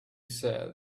said